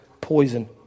poison